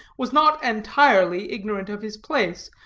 was not entirely ignorant of his place,